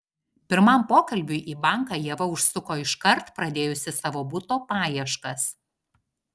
pirmam pokalbiui į banką ieva užsuko iškart pradėjusi savo buto paieškas